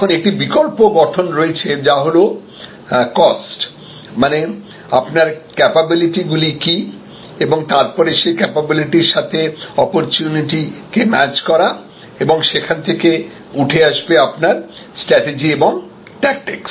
এখন একটি বিকল্প গঠন রয়েছে যা হল কস্ট মানে আপনার ক্যাপাবিলিটি গুলি কী এবং তারপরে সেই ক্যাপাবিলিটির সাথে অপরচুনিটি কে ম্যাচ করা এবং সেখান থেকে উঠে আসবে আপনার স্ট্র্যাটেজি এবং ট্যাক্টিকস